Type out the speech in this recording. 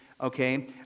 okay